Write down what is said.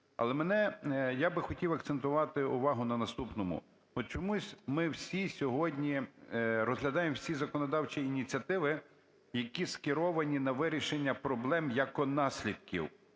Але мене… я би хотів акцентувати увагу на наступному. От чомусь ми всі сьогодні розглядаємо всі законодавчі ініціативи, які скеровані на вирішення проблем як наслідків.